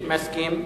מסכים.